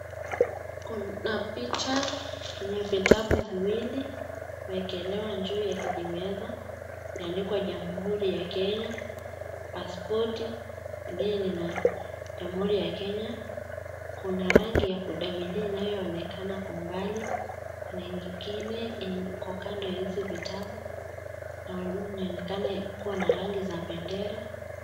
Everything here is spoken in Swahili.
Kuna picha yenye vitabu viwili vimewekelewa juu ya kijimeza imeandikwa jamuhuri ya kenya pasipoti jamuhuri ya kenya kuna rangi ya pundamilia inayoonekana kwa umbali kuna ingine iko kando ya hizi vitabu na kuonekana kuwa na rangi ya bendera.